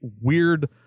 weird